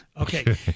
okay